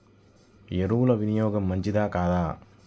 ఎరువుల వినియోగం మంచిదా కాదా?